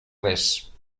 res